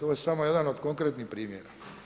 Ovo je samo jedan od konkretnih primjera.